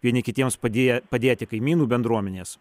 vieni kitiems padėję padėti kaimynų bendruomenės